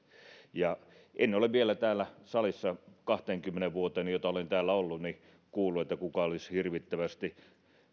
en ole vielä täällä salissa kahteenkymmeneen vuoteen jotka olen täällä ollut kuullut että kukaan olisi hirvittävästi